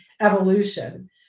evolution